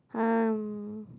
um